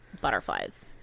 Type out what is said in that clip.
butterflies